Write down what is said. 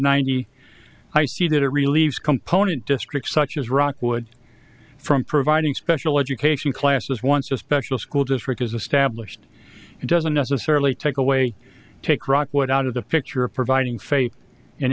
ninety i see that it relieves component districts such as rockwood from providing special education classes once a special school district is established it doesn't necessarily take away take rockwood out of the picture of providing faith in